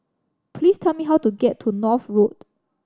please tell me how to get to North Road